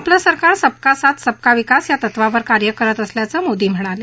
आपलं सरकार सबका साथ सबका विकास या तत्वावर कार्य करीत असल्याचं मोदी म्हणाले